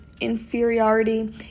inferiority